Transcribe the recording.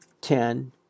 ten